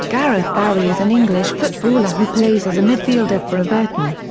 gareth barry is an english footballer who plays as a midfielder for everton.